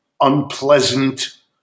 unpleasant